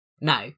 No